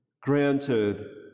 granted